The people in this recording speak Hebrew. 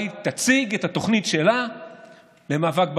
היא תציג את התוכנית שלה למאבק באלימות.